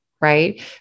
right